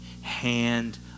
hand